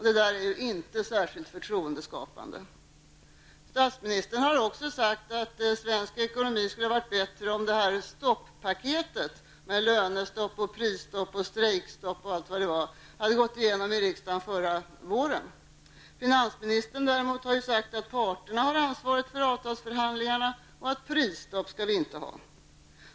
Detta är inte särskilt förtroendeskapande. Statsministern har också sagt att svensk ekonomi skulle ha varit bättre om det s.k. stopp-paketet med lönestopp, prisstopp, strejkstopp, m.fl. hade gått igenom i riksdagen förra våren. Finansministern däremot har sagt att parterna har ansvaret för avtalsförhandlingarna och att vi inte skall ha prisstopp.